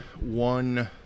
one